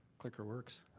clicker works.